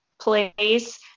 place